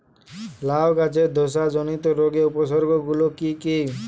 লাউ গাছের ধসা জনিত রোগের উপসর্গ গুলো কি কি?